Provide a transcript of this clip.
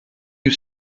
you